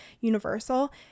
universal